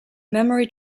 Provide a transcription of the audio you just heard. memory